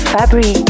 Fabri